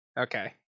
Okay